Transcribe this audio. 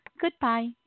Goodbye